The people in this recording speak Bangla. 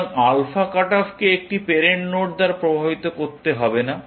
সুতরাং আলফা কাট অফকে একটি প্যারেন্ট নোড দ্বারা প্রভাবিত করতে হবে না